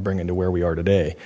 bringing to where we are today